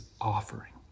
offering